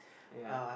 ya